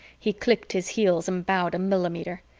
he clicked his heels and bowed a millimeter.